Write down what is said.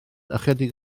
ychydig